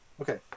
Okay